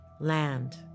land